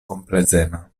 komplezema